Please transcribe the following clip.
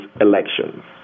elections